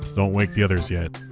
don't wake the others yet,